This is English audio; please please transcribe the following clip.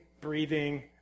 breathing